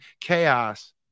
chaos